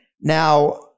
Now